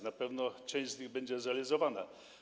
Na pewno część z tego będzie zrealizowana.